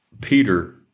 Peter